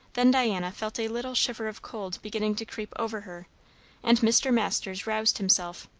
then diana felt a little shiver of cold beginning to creep over her and mr. masters roused himself.